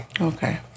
Okay